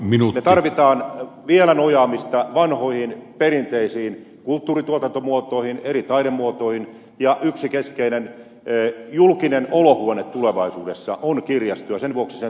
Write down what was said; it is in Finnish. me tarvitsemme vielä nojaamista vanhoihin perinteisiin kulttuurituotantomuotoihin eri taidemuotoihin ja yksi keskeinen julkinen olohuone tulevaisuudessa on kirjasto ja sen vuoksi sen toimintaedellytysten turvaaminen on tärkeää